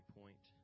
point